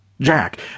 Jack